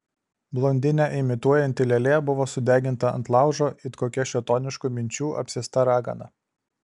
blondinę imituojanti lėlė buvo sudeginta ant laužo it kokia šėtoniškų minčių apsėsta ragana